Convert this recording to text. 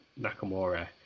nakamura